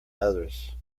others